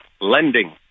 lending